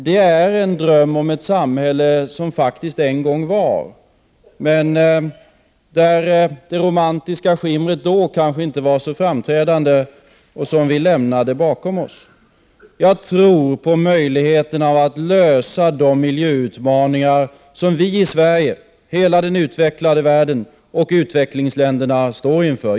Det är en dröm om ett samhälle som faktiskt en gång var men där det romantiska skimret då kanske inte var så framträdande, ett samhälle som vi har lämnat bakom oss. Jag tror på möjligheten att lösa de miljöutmaningar som vi i Sverige, hela den utvecklade världen och utvecklingsländerna står inför.